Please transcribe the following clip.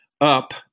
Up